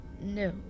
No